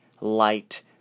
light